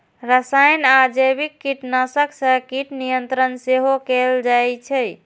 रसायन आ जैविक कीटनाशक सं कीट नियंत्रण सेहो कैल जाइ छै